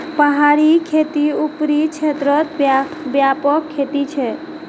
पहाड़ी खेती ऊपरी क्षेत्रत व्यापक खेती छे